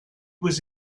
was